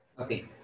Okay